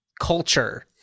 culture